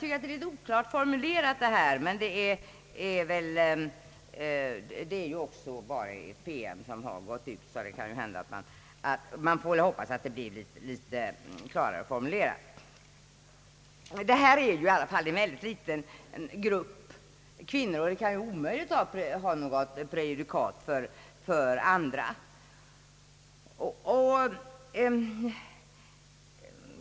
Formuleringen är en smula oklar, men det är ju bara en PM som har gått ut, och man får hoppas att ett kommande lagförslag blir klarare formulerat. Frågan gäller en mycket liten grupp kvinnor, och ett beslut i ärendet kan ju inte utgöra något prejudikat med avseende på andra försäkrade.